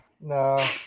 No